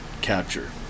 capture